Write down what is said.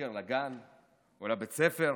בבוקר לגן או לבית הספר,